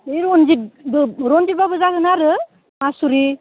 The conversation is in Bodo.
ऐ रन्जित रन्जितबाबो जागोन आरो मासुरि